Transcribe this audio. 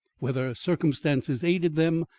whether circumstances aided them,